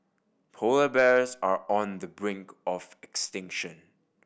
polar bears are on the brink of extinction